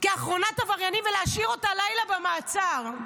כאחרונת העבריינים ולהשאיר אותה לילה במעצר.